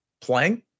playing